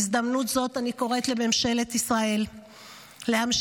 בהזדמנות זו אני קוראת לממשלת ישראל להמשיך